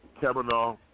Kavanaugh